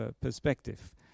perspective